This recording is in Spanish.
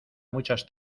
muchas